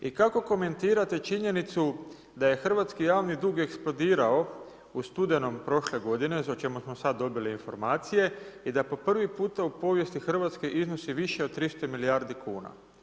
I kako komentirate činjenicu da je hrvatski javni dug eksplodirao u studenom prošle godine, o čemu smo sada dobili informacije, i da po prvi puta u povijesti Hrvatske iznosi više od 300 milijardi kuna?